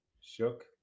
shook